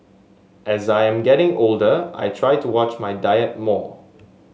as I am getting older I try to watch my diet more